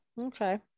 okay